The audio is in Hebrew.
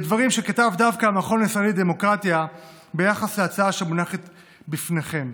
בדברים שכתב דווקא המכון הישראלי לדמוקרטיה ביחס להצעה שמונחת לפניכם.